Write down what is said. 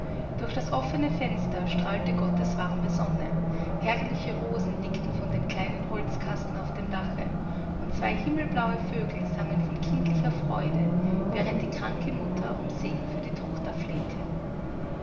durch das offene fenster strahlte gottes warme sonne herrliche rosen nickten von dem kleinen holzkasten auf dem dache und zwei himmelblaue vögel sangen von kindlicher freude während die kranke mutter um segen für die tochter flehte